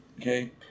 Okay